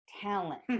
Talent